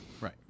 Right